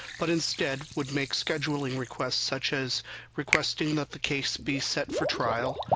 but instead would make scheduling requests, such as requesting that the case be set for trial,